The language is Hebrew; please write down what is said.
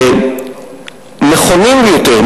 ונכונים יותר,